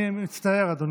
אני מצטער, אדוני.